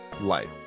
life